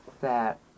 that-